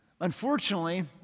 unfortunately